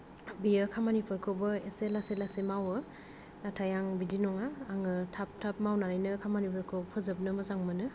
बियो खामानि फोरखौबो इसे लासै लासै मावो नाथाय आं बिदि नङा आङो थाब थाब मावनानैनो खामानिफोरखौ फोजोबनो मोजां मोनो